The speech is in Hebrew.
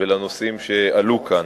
ולנושאים שעלו כאן.